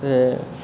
ते